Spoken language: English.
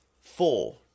Four